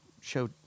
show